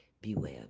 beware